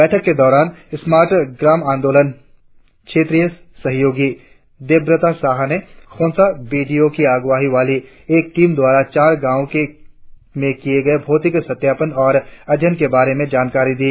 बैठक के दौरान स्मार्ट ग्राम आंदोलन क्षेत्रीय सहयोगी देबब्रता साहा ने खोनसा बी डी ओ की अगुआई वाली एक टीम द्वारा चार गावों में किए गए भौतिक सत्यापन और अध्ययन के बारे में जानकारी दी